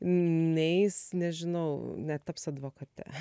neis nežinau netaps advokate